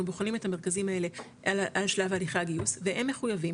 בוחנים את המרכזים האלה על שלב הליכי הגיוס והם מחויבים